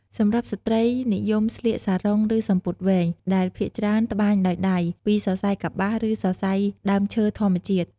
សម្រាប់ស្ត្រី:និយមស្លៀក សារុង ឬ សំពត់វែង ដែលភាគច្រើន ត្បាញដោយដៃ ពីសរសៃកប្បាស ឬសរសៃដើមឈើធម្មជាតិ។